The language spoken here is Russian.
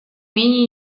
менее